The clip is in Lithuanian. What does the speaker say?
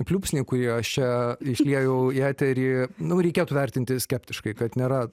pliūpsnį kurį aš čia išliejau į eterį nu reikėtų vertinti skeptiškai kad nėra